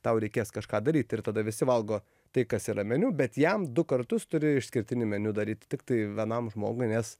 tau reikės kažką daryt ir tada visi valgo tai kas yra meniu bet jam du kartus turi išskirtinį meniu daryt tiktai vienam žmogui nes